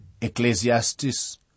Ecclesiastes